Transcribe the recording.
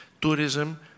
Tourism